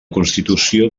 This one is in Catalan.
constitució